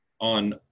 on